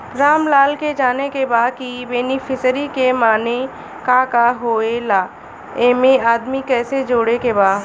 रामलाल के जाने के बा की बेनिफिसरी के माने का का होए ला एमे आदमी कैसे जोड़े के बा?